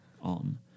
on